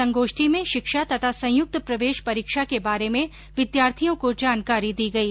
संगोष्ठी में शिक्षा तथा संयुक्त प्रवेश परीक्षा के बारे में विद्यार्थियों को जानकारी दी गई